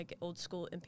old-school